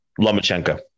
Lomachenko